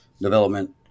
development